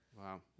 Wow